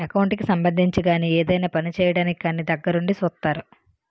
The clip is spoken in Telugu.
ఎకౌంట్ కి సంబంధించి గాని ఏదైనా పని చేయడానికి కానీ దగ్గరుండి సూత్తారు